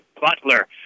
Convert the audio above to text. Butler